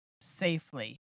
safely